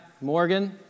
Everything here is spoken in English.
Morgan